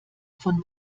von